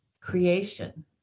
creation